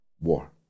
war